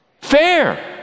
fair